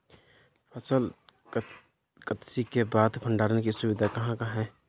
फसल कत्सी के बाद भंडारण की सुविधाएं कहाँ कहाँ हैं?